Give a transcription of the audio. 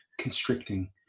constricting